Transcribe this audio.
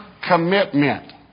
commitment